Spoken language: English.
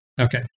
Okay